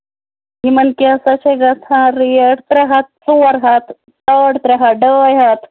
یِمن کیٛاہ سا چھِ گژھان ریٹ ترٛےٚ ہَتھ ژور ہَتھ ساڑ ترٛےٚ ہَتھ ڈاے ہَتھ